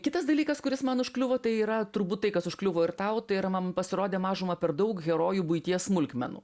kitas dalykas kuris man užkliuvo tai yra turbūt tai kas užkliuvo ir tau tai yra man pasirodė mažumą per daug herojų buities smulkmenų